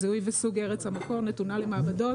זיהוי וסוג ארץ המקור נתון למעבדות,